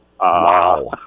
wow